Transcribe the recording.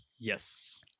Yes